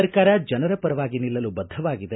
ಸರ್ಕಾರ ಜನರ ಪರವಾಗಿ ನಿಲ್ಲಲು ಬದ್ಧವಾಗಿದೆ